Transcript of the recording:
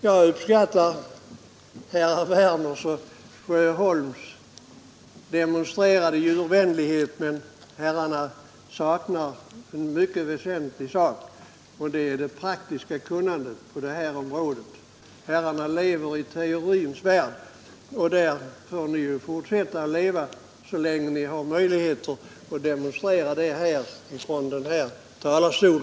Jag uppskattar herrar Werners och Sjöholms demonstrerade djurvänlighet, men herrarna saknar en mycket väsentlig sak, nämligen det praktiska kunnandet på detta område. Herrarna lever i teorins värld, och där får ni fortsätta att leva så länge ni har möjlighet att demonstrera er djurvänlighet från kammarens talarstol.